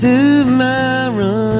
Tomorrow